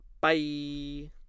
Bye